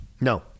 No